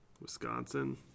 Wisconsin